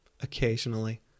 Occasionally